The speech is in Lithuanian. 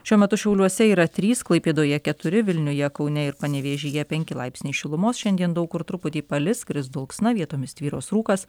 šiuo metu šiauliuose yra trys klaipėdoje keturi vilniuje kaune ir panevėžyje penki laipsniai šilumos šiandien daug kur truputį palis kris dulksna vietomis tvyros rūkas